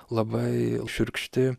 labai šiurkšti